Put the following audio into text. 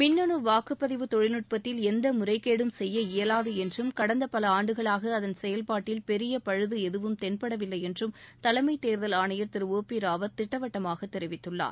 மின்னனு வாக்குப்பதிவு தொழில்நுட்பத்தில் எந்த முறைகேடும் செய்ய இயலாது என்றும் கடந்த பல ஆண்டுகளாக அதன் செயல்பாட்டில் பெரிய பழுது எதுவும் தென்படவில்லை என்றும் தலைமை தேர்தல் ஆணையர் திரு ஓ பி ராவத் திட்டவட்டமாக தெரிவித்துள்ளார்